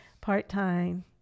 part-time